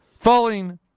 falling